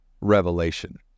revelation